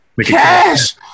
Cash